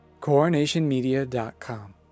Coronationmedia.com